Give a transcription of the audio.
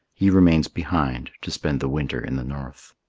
he remains behind to spend the winter in the north.